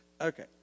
Okay